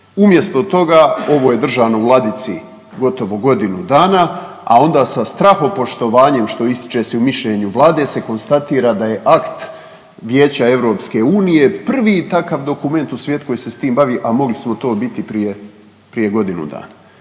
Umjesto toga ovo je držano u ladici gotovo godinu dana, a onda sa strahopoštovanjem što ističe se u mišljenju Vlade se konstatira da je akt Vijeća EU prvi takav dokument u svijetu koji se s tim bavi, a mogli smo to biti prije, prije godinu dana.